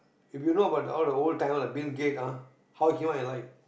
if you know about the all the old timer like Bill-Gates ah how he come out in life